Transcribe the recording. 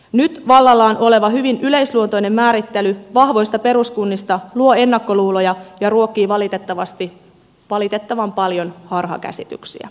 nyt vallallaan oleva hyvin yleisluontoinen määrittely vahvoista peruskunnista luo ennakkoluuloja ja ruokkii valitettavan paljon harhakäsityksiä